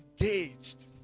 engaged